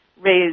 raise